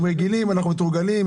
הם רגילים, אנחנו מתורגלים.